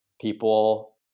people